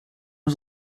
was